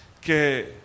que